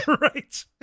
Right